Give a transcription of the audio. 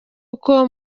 uko